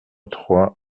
trois